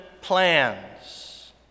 plans